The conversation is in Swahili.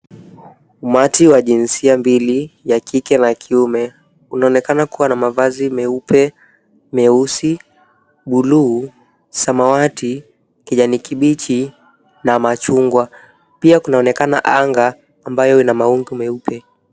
Umati wa jinsia mbili, ya kike na kiume, unaonekana kuwa na mavazi meupe, meusi, buluu, samawati, kijani kibichi na machungwa. Pia kunaonekana anga ambayo ina mawingu meupe.